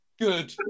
Good